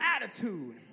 attitude